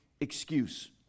excuse